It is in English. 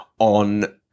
on